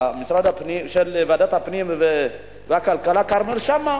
של ועדת הפנים והכלכלה כרמל שאמה.